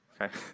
Okay